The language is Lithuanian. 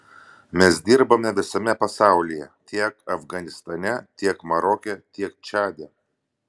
mes dirbame visame pasaulyje tiek afganistane tiek maroke tiek čade